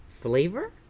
Flavor